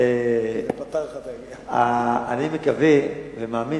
אני מנסה להכניס אותך לחדשות של השעה 20:00. אני מקווה ומאמין